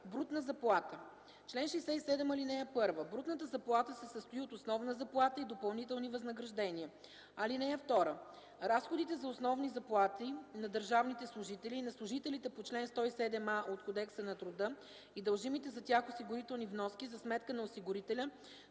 „Брутна заплата Чл. 67. (1) Брутната заплата се състои от основна заплата и допълнителни възнаграждения. (2) Разходите за основни заплати на държавните служители и на служителите по чл. 107а от Кодекса на труда и дължимите за тях осигурителни вноски за сметка на осигурителя